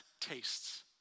tastes